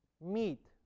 Meat